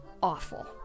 Awful